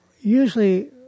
usually